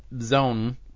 zone